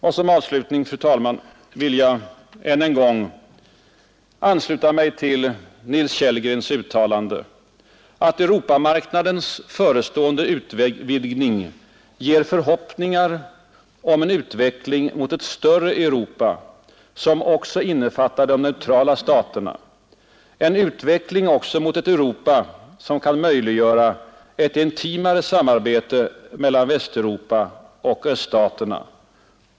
Och som avslutning, fru talman, vill jag än en gång ansluta mig till Nils Kellgrens uttalande, att Europamarknadens förestående utvidgning ger förhoppningar om en utveckling mot ett större Europa som också innefattar de neutrala staterna, en utveckling också mot ett Europa som kan möjliggöra ett intimare samarbete mellan Västeuropa och öststaterna.